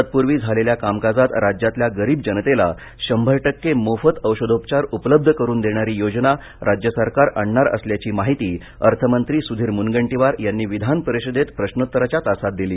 तत्पूर्वी झालेल्या कामकाजात राज्यातल्या गरीब जनतेला शंभर टक्के मोफत औषधोपचार उपलब्ध करून देणारी योजना राज्य सरकार आणणार असल्याची माहिती अर्थमंत्री सुधीर मुनगंटीवार यांनी विधानपरिषदेत प्रश्नोत्तराच्या तासात दिली